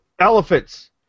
elephants